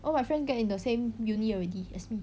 oh my friend get in the same uni already as me